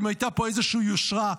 אם הייתה פה איזשהו יושרה,